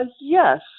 Yes